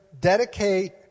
Dedicate